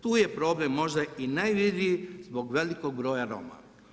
Tu je problem možda i najvidljiviji zbog velikog broja Roma.